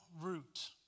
root